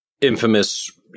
infamous